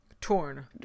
torn